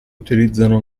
utilizzano